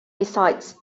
resides